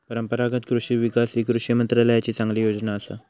परंपरागत कृषि विकास ही कृषी मंत्रालयाची चांगली योजना असा